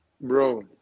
bro